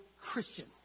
Christian